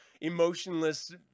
emotionless